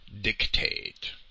dictate